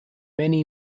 many